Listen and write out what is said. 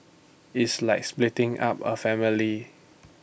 it's like splitting up A family